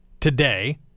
today